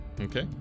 Okay